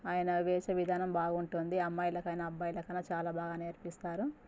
అయన వేసే విధానం బాగుంటుంది అమ్మాయిలకైనా అబ్బాయిలకైనా చాల బాగా నేర్పిస్తారు